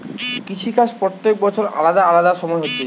কৃষি কাজ প্রত্যেক বছর আলাদা আলাদা সময় হচ্ছে